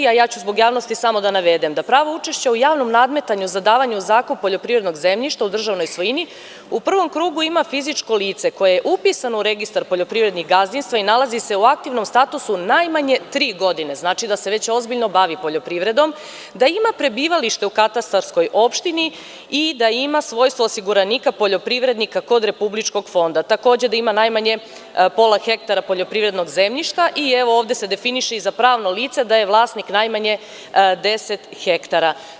Ja ću zbog javnosti samo da navedem da pravo učešća u javnom nadmetanju za davanje u zakup poljoprivrednog zemljišta u državnoj svojini, u prvom krugu ima fizičko lice koje je upisano u registar poljoprivrednih gazdinstava i nalazi se u aktivnom statusu najmanje tri godine, znači da se već ozbiljno bavi poljoprivredom, da ima prebivalište u katastarskoj opštini i da ima svojstvo osiguranika poljoprivrednika kod Republičkog fonda, takođe da ima najmanje pola hektara poljoprivrednog zemljišta i evo, ovde se definiše, i za pravo lice da je vlasnik najmanje 10 hektara.